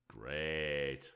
Great